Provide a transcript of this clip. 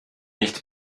nicht